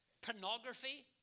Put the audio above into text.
Pornography